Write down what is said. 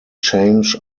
change